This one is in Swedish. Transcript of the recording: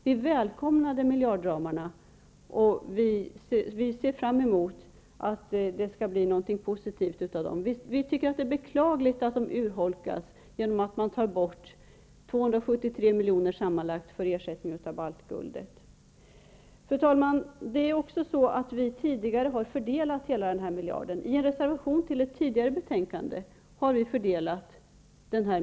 Vi välkomnade miljardramarna. Vi ser fram emot att det skall bli något positivt av dem. Det är beklagligt att de urholkas genom att man tar bort sammanlagt Fru talman! Vi har tidigare fördelat hela den här miljarden. I en reservation till ett tidigare betänkande har vi fördelat den.